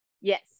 Yes